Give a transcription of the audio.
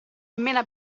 mena